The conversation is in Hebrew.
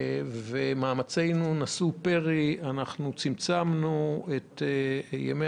ומאמצינו נשאו פרי: אנחנו צמצמנו את ימי